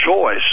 choice